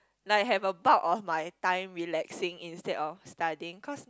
like have a part of my time relaxing instead of studying cause